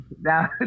Now